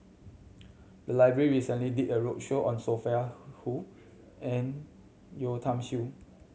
the library recently did a roadshow on Sophia Hull and Yeo Tiam Siew